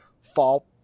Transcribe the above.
fall